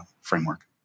framework